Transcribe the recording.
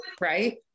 right